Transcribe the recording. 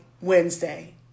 Wednesday